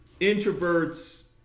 introverts